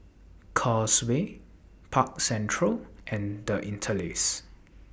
Causeway Park Central and The Interlace